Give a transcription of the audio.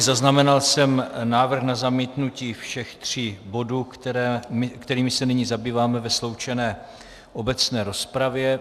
Zaznamenal jsem návrh na zamítnutí všech tří bodů, kterými se nyní zabýváme ve sloučené obecné rozpravě.